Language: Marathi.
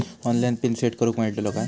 ऑनलाइन पिन सेट करूक मेलतलो काय?